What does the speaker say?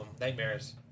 nightmares